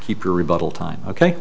keep your rebuttal time ok